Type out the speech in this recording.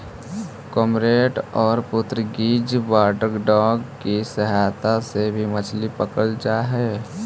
cormorant और Portuguese water dog की सहायता से भी मछली पकड़रल जा हई